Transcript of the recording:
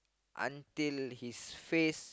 until his face